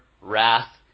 wrath